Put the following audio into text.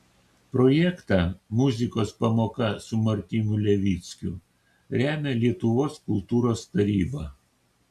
projektą muzikos pamoka su martynu levickiu remia lietuvos kultūros taryba